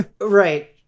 Right